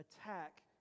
attack